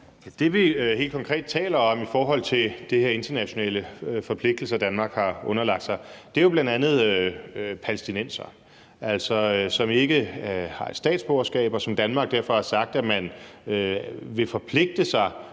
Det, vi helt konkret taler om, i forhold til de her internationale forpligtelser, Danmark har underlagt sig, er jo bl.a. palæstinensere, som ikke har statsborgerskab, og som Danmark derfor har sagt at man vil forpligte sig